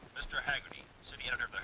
mr. hagerty, city editor